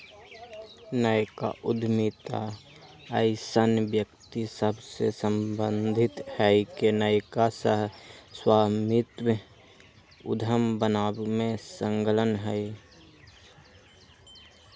नयका उद्यमिता अइसन्न व्यक्ति सभसे सम्बंधित हइ के नयका सह स्वामित्व उद्यम बनाबे में संलग्न हइ